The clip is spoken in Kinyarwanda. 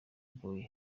boy